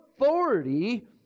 authority